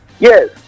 Yes